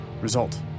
result